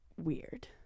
weird